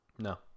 No